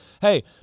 hey